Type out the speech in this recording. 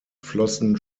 flossen